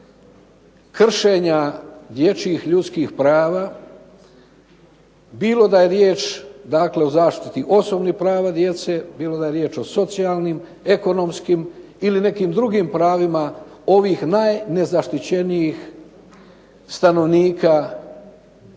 kršenja dječjih ljudskih prava bilo da je riječ dakle o zaštiti osobnih prava djece, bilo da je riječ o socijalnim, ekonomskim ili nekim drugim pravima ovih najnezaštićenijih stanovnika u